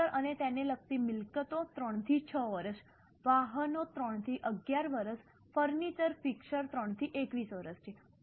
computer અને તેને લગતી મિલકતો 3 થી 6 વર્ષ વાહનો 3 થી 11 વર્ષ ફર્નિચર ફિક્સર 3 થી 21 વર્ષ છે